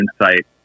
insight